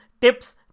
tips